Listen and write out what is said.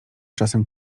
czasem